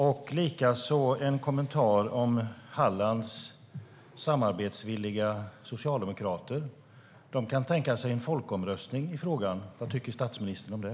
Likaså skulle jag vilja ha en kommentar till Hallands samarbetsvilliga socialdemokrater, som kan tänka sig en folkomröstning i frågan. Vad tycker statsministern om det?